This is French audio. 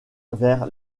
vers